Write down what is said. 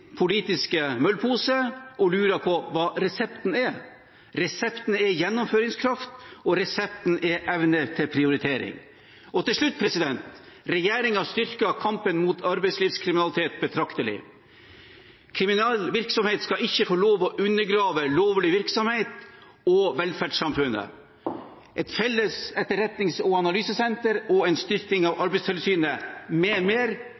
politiske møllpose og lurer på hva resepten er. Resepten er gjennomføringskraft, og resepten er evne til prioritering. Til slutt: Regjeringen styrker kampen mot arbeidslivskriminalitet betraktelig. Kriminell virksomhet skal ikke få lov til å undergrave lovlig virksomhet og velferdssamfunnet. Et felles etterretnings- og analysesenter og en styrking av Arbeidstilsynet